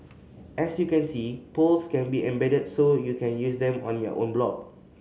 as you can see polls can be embedded so you can use them on your own blog